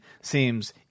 seems